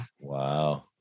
Wow